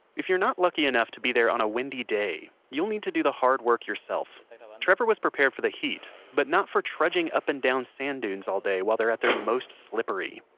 if you're not lucky enough to be there on a windy day, you'll need to do the hard work yourself trevor was prepared for the heat, but not for trudging up and down sand dunes all day while they're at their most slippery.